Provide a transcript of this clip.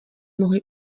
mohli